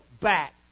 back